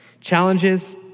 Challenges